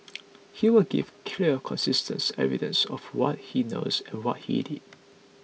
he will give clear consistence evidence of what he knows and what he did